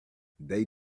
they